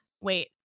wait